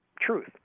truth